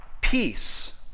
peace